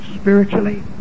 spiritually